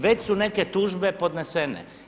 Već su neke tužbe podnesene.